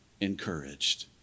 encouraged